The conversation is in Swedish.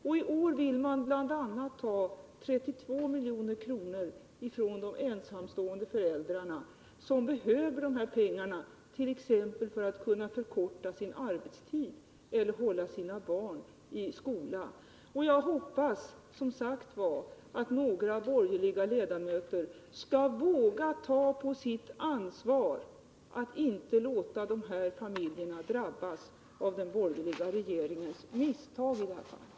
Och i år vill man bl.a. ta 32 milj.kr. från de ensamstående föräldrarna, som behöver de pengarna t.ex. för att kunna förkorta sin arbetstid eller hålla sina barn i skola. Och jag hoppas, som sagt, att några borgerliga ledamöter skall våga ta på sitt ansvar att medverka till att inte de här familjerna drabbas av den borgerliga regeringens misstag i det här fallet.